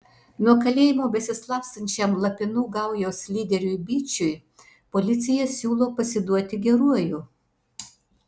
nuo kalėjimo besislapstančiam lapinų gaujos lyderiui byčiui policija siūlo pasiduoti geruoju